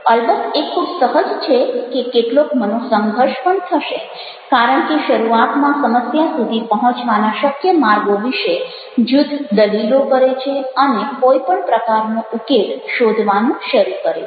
અલબત્ત એ ખૂબ સહજ છે કે કેટલોક મનોસંઘર્ષ પણ થશે કારણ કે શરૂઆતમાં સમસ્યા સુધી પહોંચવાના શક્ય માર્ગો વિશે જૂથ દલીલો કરે છે અને કોઈ પણ પ્રકારનો ઉકેલ શોધવાનું શરૂ કરે છે